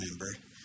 remember